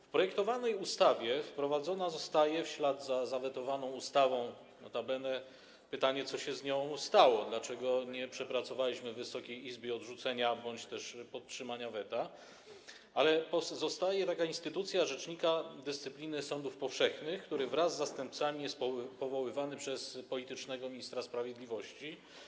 W projektowanej ustawie wprowadzona zostaje, w ślad za zawetowaną ustawą - notabene pytanie, co się z nią stało, dlaczego nie przepracowaliśmy w Wysokiej Izbie odrzucenia bądź też podtrzymania weta - instytucja rzecznika dyscypliny sądów powszechnych, który wraz z zastępcami jest powoływany przez politycznego ministra sprawiedliwości.